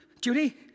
Judy